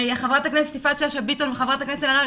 חברת הכנסת יפעת שאשא ביטון וחברת הכנסת קארין אלהרר